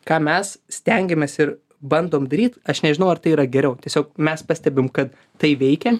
ką mes stengiamės ir bandom daryt aš nežinau ar tai yra geriau tiesiog mes pastebim kad tai veikia